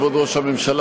כבוד ראש הממשלה,